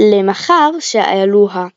למחר שאלוה,